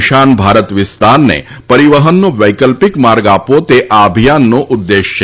ઈશાન ભારત વિસ્તારને પરિવહનનો વૈકલ્પિક માર્ગ આપવો તે આ અભિયાનનો ઉદ્દેશ છે